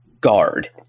guard